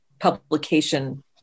publication